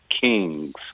kings